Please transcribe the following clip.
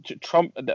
Trump